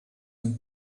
and